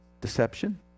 deception